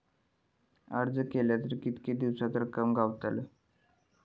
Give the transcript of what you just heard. अर्ज केल्यार कीतके दिवसात रक्कम गावता?